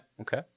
Okay